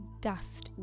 dust